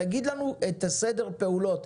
תגיד לנו את הסדר פעולות,